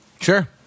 Sure